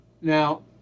now